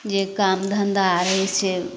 जे काम धन्धा हइ से